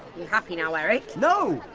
you happy now, eric? no!